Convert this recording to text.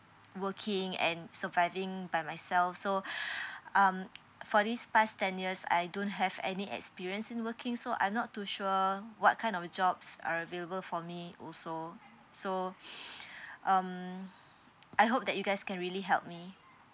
working and surviving by myself so um for this past ten years I don't have any experience in working so I'm not too sure what kind of jobs are available for me also so um I hope that you guys can really help me